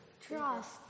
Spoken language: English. Trust